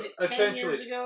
essentially